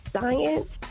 science